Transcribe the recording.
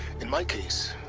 in my case.